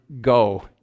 go